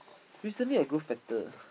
recently I grow fatter